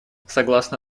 согласно